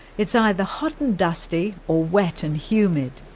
it's either hot and dusty or wet and humid.